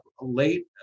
late